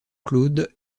claude